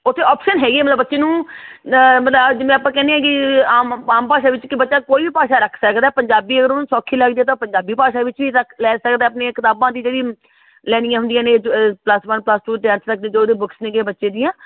ਉੱਥੇ ਓਪਸ਼ਨ ਹੈਗੀ ਆ ਮਤਲਵ ਬੱਚੇ ਨੂੰ ਦ ਮਤਲਵ ਆ ਜਿਵੇਂ ਆਪਾਂ ਕਹਿੰਦੇ ਆ ਕਿ ਆਮ ਆਮ ਭਾਸ਼ਾ ਵਿੱਚ ਕਿ ਬੱਚਾ ਕੋਈ ਵੀ ਭਾਸ਼ਾ ਰੱਖ ਸਕਦਾ ਪੰਜਾਬੀ ਅਗਰ ਉਹਨੂੰ ਸੌਖੀ ਲੱਗਦੀ ਤਾਂ ਉਹ ਪੰਜਾਬੀ ਭਾਸ਼ਾ ਵਿੱਚ ਵੀ ਰੱਖ ਲੈ ਸਕਦਾ ਆਪਣੀਆਂ ਕਿਤਾਬਾਂ ਦੀ ਜਿਹੜੀ ਲੈਣੀਆਂ ਹੁੰਦੀਆਂ ਨੇ ਪਲੱਸ ਵਨ ਪਲੱਸ ਟੂ ਜੋ ਜੋ ਉਹਦੇ ਬੁੱਕਸ ਨੇ ਗੇ ਬੱਚੇ ਦੀਆਂ